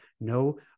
no